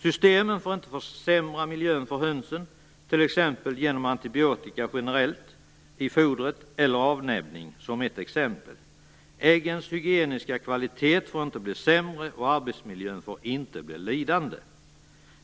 Systemen får inte försämra miljön för hönsen, t.ex. genom antibiotika generellt i fodret eller avnäbbning. Äggens hygieniska kvalitet får inte bli sämre, och arbetsmiljön får inte bli lidande.